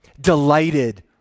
Delighted